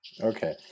Okay